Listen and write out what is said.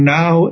now